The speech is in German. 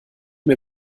mir